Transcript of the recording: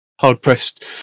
hard-pressed